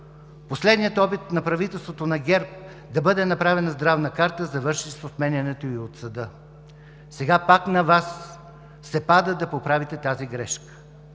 Последният опит на правителството на ГЕРБ да бъде направена Здравна карта завърши с отменянето й от съда. Сега пак на Вас се пада да поправите тази грешка.